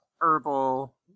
herbal –